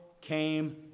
came